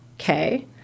okay